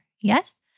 Yes